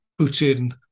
Putin